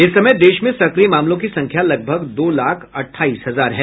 इस समय देश में सक्रिय मामलों की संख्या लगभग दो लाख अठाईस हजार है